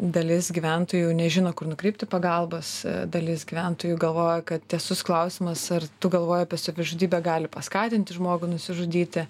dalis gyventojų nežino kur nukreipti pagalbos dalis gyventojų galvoja kad tiesus klausimas ar tu galvoji apie savižudybę gali paskatinti žmogų nusižudyti